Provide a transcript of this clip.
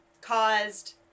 caused